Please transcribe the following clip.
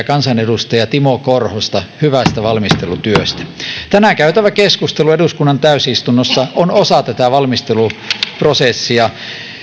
kansanedustaja timo korhosta hyvästä valmistelutyöstä tänään käytävä keskustelu eduskunnan täysistunnossa on osa tätä valmisteluprosessia